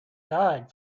died